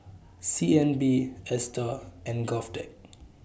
C N B ASTAR and Govtech